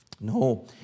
No